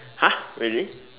!huh! really